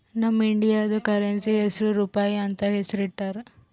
ನಮ್ ಇಂಡಿಯಾದು ಕರೆನ್ಸಿ ಹೆಸುರ್ ರೂಪಾಯಿ ಅಂತ್ ಹೆಸುರ್ ಇಟ್ಟಾರ್